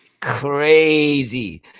crazy